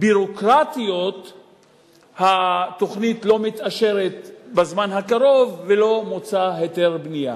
ביורוקרטיות התוכנית לא מתאשרת בזמן הקרוב ולא מוצא היתר בנייה.